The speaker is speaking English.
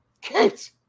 Kate